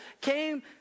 came